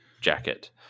jacket